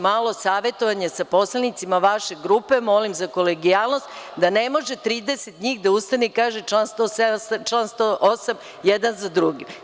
Malo savetovanje sa poslanicima vaše grupe, molim za kolegijalnost da ne može 30 njih da ustane i kaže član 107. član 108 jedan za drugim.